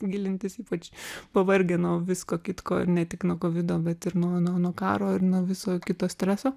gilintis ypač pavargę nuo visko kitko ir ne tik nuo kovido bet ir nuo nuo nuo karo ir nuo viso kito streso